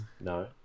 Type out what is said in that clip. No